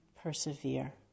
persevere